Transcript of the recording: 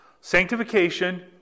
Sanctification